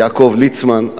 יעקב ליצמן,